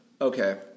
Okay